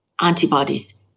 antibodies